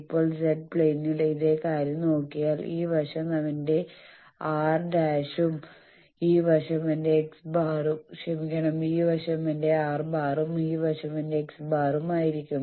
ഇപ്പോൾ z പ്ലെയിനിൽ ഇതേ കാര്യം നോക്കിയാൽ ഈ വശം എന്റെ R⁻ഉം ഈ വശം എന്റെ x̄ ഉം ആയിരിക്കും